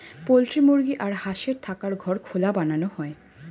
poultry মুরগি আর হাঁসের থাকার ঘর খোলা বানানো হয়